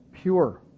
pure